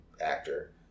actor